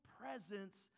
presence